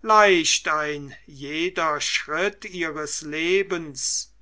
leicht ein jeder schritt ihres lebens